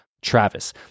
Travis